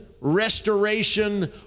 restoration